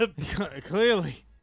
Clearly